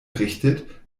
richtet